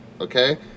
okay